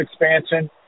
expansion